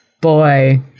Boy